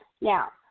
Now